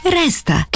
resta